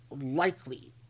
likely